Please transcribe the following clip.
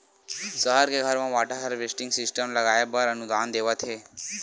सहर के घर म वाटर हारवेस्टिंग सिस्टम लगवाए बर अनुदान देवत हे